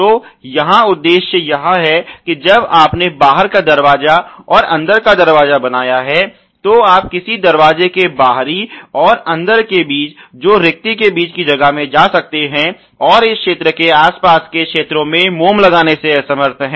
तो यहाँ उद्देश्य यह है कि जब आपने बाहर का दरवाजा और अंदर का दरवाजा बनाया है तो आप किसी दरवाजे के बाहरी और अंदर के बीच जो रिक्ति के बीच की जगह में जा सकते हैं और इस क्षेत्र के आसपास के क्षेत्रों में मोम लगाने में असमर्थ हैं